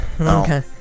okay